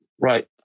right